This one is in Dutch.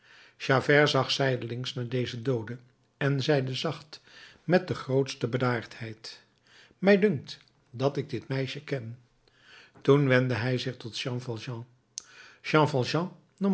zag zijdelings naar deze doode en zeide zacht met de grootste bedaardheid mij dunkt dat ik dit meisje ken toen wendde hij zich tot jean valjean